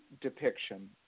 depiction